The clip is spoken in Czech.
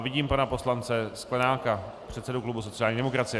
Vidím pana poslance Sklenáka, předsedu klubu sociální demokracie.